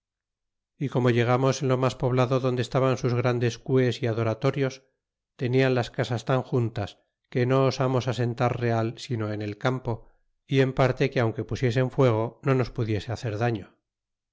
y como llegamos en lo mas poblado donde estaban sus grandes cues y adoratorios tenian las casas tan juntas que no osamos asentar real sino en el campo y en parte que aunque p usiesen fuego no nos pudiese hacer dafio